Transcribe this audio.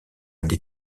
des